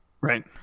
Right